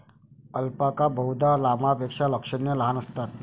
alpaca बहुधा लामापेक्षा लक्षणीय लहान असतात